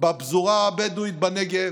בפזורה הבדואית בנגב,